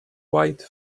white